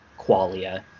qualia